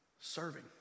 Serving